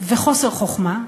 וחוסר חוכמה,